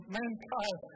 mankind